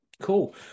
cool